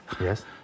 Yes